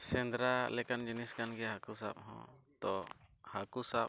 ᱥᱮᱸᱫᱽᱨᱟ ᱞᱮᱠᱟᱱ ᱡᱤᱱᱤᱥ ᱠᱟᱱ ᱜᱮᱭᱟ ᱦᱟᱹᱠᱩ ᱥᱟᱵ ᱦᱚᱸ ᱛᱚ ᱦᱟᱹᱠᱩ ᱥᱟᱵ